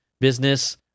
business